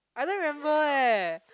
I don't remember eh